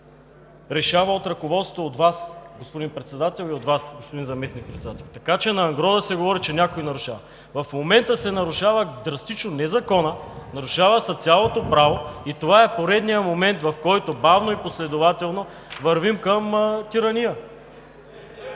решава от ръководството – от Вас, господин Председател, и от Вас, господин Заместник-председател. Така че, ангро да се говори, че някой нарушава… В момента се нарушава драстично не законът, нарушава се цялото право и това е поредният момент, в който бавно и последователно вървим към тирания.